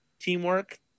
Teamwork